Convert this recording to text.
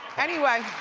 anyway.